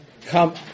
Come